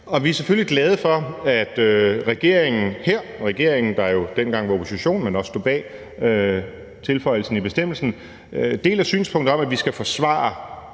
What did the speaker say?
vi er selvfølgelig glade for, at regeringen, der jo dengang var i opposition, men også stod bag tilføjelsen i bestemmelsen, deler synspunktet om, at vi skal forsvare